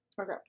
Okay